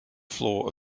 floor